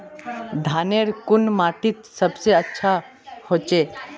धानेर कुन माटित सबसे अच्छा होचे?